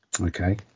Okay